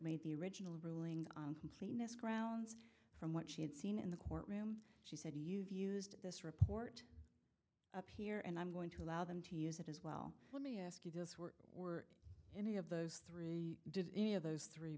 the original ruling on completeness grounds from what she had seen in the courtroom she said you've used this report up here and i'm going to allow them to use it as well let me ask you this were were any of those three did any of those three